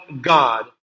God